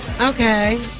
Okay